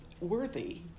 worthy